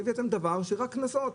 הבאתם דבר שהוא רק קנסות.